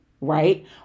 right